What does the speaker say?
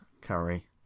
Curry